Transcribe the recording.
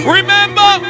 Remember